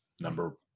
Number